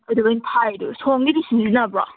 ꯑꯗꯨꯒꯤꯅꯤ ꯐꯔꯤꯗꯣ ꯁꯣꯝꯒꯤꯗꯤ ꯁꯤꯖꯤꯟꯅꯕ꯭ꯔꯣ